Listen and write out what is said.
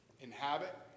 inhabit